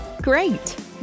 Great